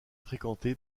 fréquentée